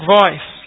voice